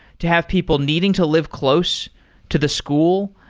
to have people needing to live close to the school.